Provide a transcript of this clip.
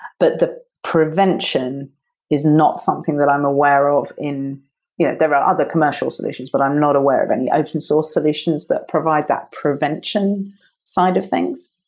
but the prevention is not something that i'm aware of and yeah there are other commercial solutions, but i'm not aware of any open source solutions that provide that prevention side of things.